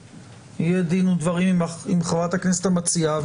יהיה דין ודברים עם חברת הכנסת המציעה,